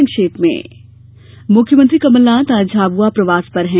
संक्षिप्त समाचार मुख्यमंत्री कमलनाथ आज झाबुआ प्रवास पर है